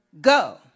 go